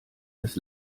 des